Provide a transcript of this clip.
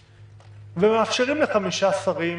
ומאפשרים לחמישה שרים